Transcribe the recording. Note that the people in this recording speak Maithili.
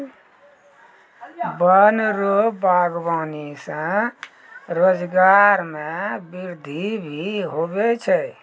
वन रो वागबानी से रोजगार मे वृद्धि भी हुवै छै